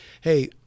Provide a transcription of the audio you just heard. Hey